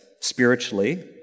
spiritually